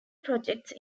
projects